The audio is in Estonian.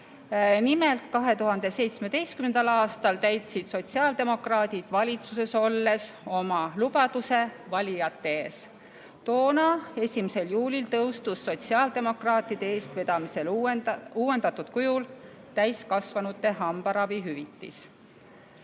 Nimelt, 2017. aastal täitsid sotsiaaldemokraadid valitsuses olles oma lubaduse valijate ees. Toona 1. juulil jõustus sotsiaaldemokraatide eestvedamisel uuendatud kujul täiskasvanute hambaravihüvitis.